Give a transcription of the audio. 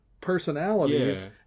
personalities